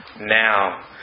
Now